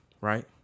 right